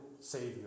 Savior